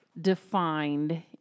defined